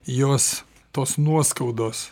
jos tos nuoskaudos